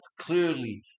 clearly